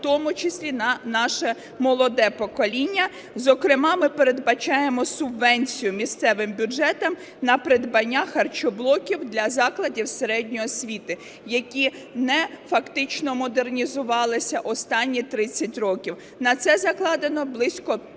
в тому числі на наше молоде покоління. Зокрема, ми передбачаємо субвенцію місцевим бюджетам на придбання харчоблоків для закладів середньої освіти, які фактично не модернізувалися останні 30 років, на це закладено близько